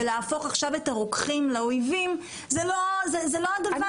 להפוך את הרוקחים לאויבים, זה לא הדבר.